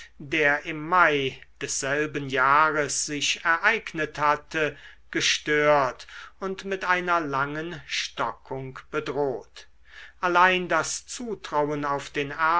der im mai desselben jahres sich ereignet hatte gestört und mit einer langen stockung bedroht allein das zutrauen auf den